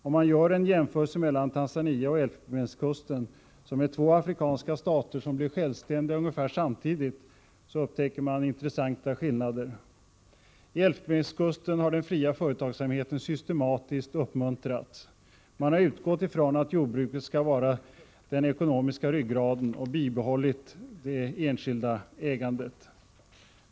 Om man gör en jämförelse mellan Tanzania och Elfenbenskusten, två afrikanska stater som blev självständiga ungefär samtidigt, upptäcker man intressanta skillnader. I Elfenbenskusten har den fria företagsamheten systematiskt uppmuntrats. Man har utgått från att jordbruket skall vara den ekonomiska ryggraden, och man har bibehållit det enskilda ägandet.